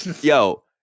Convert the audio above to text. Yo